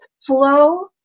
flow